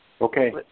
Okay